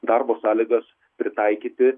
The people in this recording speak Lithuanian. darbo sąlygas pritaikyti